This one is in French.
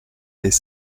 les